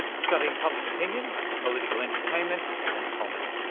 studying public opinion, political entertainment and comedy.